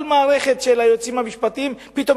וכל המערכת של היועצים המשפטיים פתאום